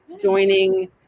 Joining